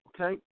Okay